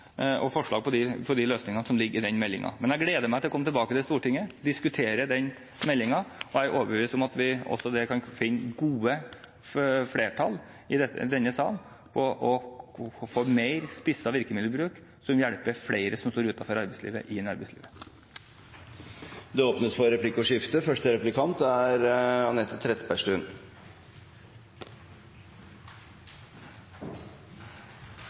og forslag til løsninger som ligger i meldingen. Men jeg gleder meg til å komme tilbake til Stortinget og diskutere den meldingen. Jeg er overbevist om at vi også der kan finne gode flertall i denne sal og få mer spisset virkemiddelbruk som vil hjelpe flere som står utenfor, inn i arbeidslivet. Det blir replikkordskifte. Det er viktig med tidligere og tettere oppfølging, spesielt av ungdom i